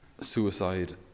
suicide